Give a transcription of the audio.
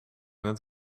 het